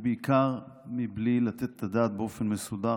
ובעיקר בלי לתת את הדעת באופן מסודר,